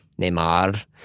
Neymar